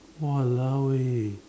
!walao! eh